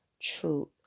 truth